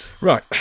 Right